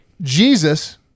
Jesus